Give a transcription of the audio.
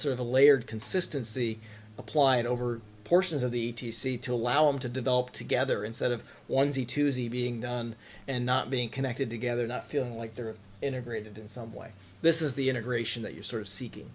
sort of a layered consistency applied over portions of the t c to allow him to develop together instead of once he to see being done and not being connected together not feeling like they're integrated in some way this is the integration that you're sort of seeking